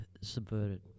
subverted